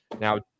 Now